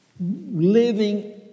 Living